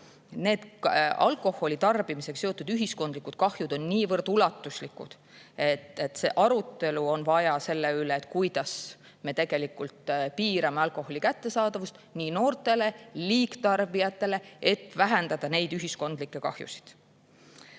Need alkoholi tarbimisega seotud ühiskondlikud kahjud on niivõrd ulatuslikud, et arutelu on vaja selle üle, kuidas me tegelikult piirame alkoholi kättesaadavust nii noortele kui ka liigtarbijatele, et vähendada neid ühiskondlikke kahjusid.